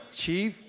chief